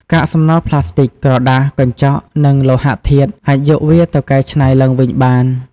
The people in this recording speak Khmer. កាកសំណល់ប្លាស្ទិក ក្រដាស កញ្ចក់ និងលោហៈធាតុ អាចយកវាទៅកែច្នៃឡើងវិញបាន។